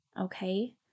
okay